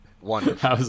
Wonderful